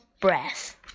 breath